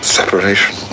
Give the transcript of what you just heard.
separation